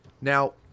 Now